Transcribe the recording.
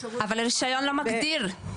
אבל הרישיון לא מגדיר כמה כיסאות.